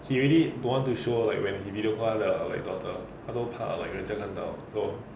he really don't want to show like when he pedofile the like daughter 他不怕人家 like 看到 so